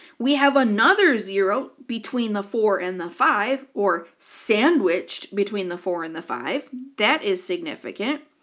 we have another zero between the four and the five, or sandwiched between the four and the five. that is significant.